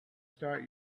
start